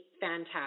fantastic